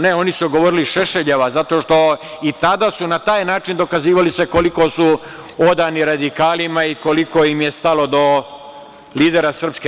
Ne, oni su govorili Šešeljova, zato što i tada su na taj način dokazivali koliko su odani radikalima i koliko im je stalo do lidera SRS.